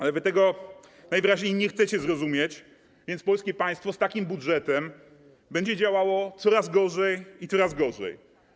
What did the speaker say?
Ale wy tego najwyraźniej nie chcecie rozumieć, więc polskie państwo z takim budżetem będzie działało coraz gorzej i coraz gorzej.